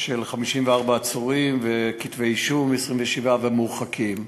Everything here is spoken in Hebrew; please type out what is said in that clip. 54 עצורים, 27 כתבי-אישום, ומורחקים.